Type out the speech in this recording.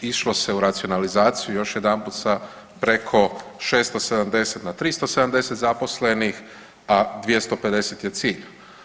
Išlo se u realizaciju još jedanput sa preko 670 na 370 zaposlenih, a 250 je cilj.